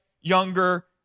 younger